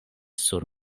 sur